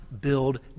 build